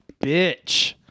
bitch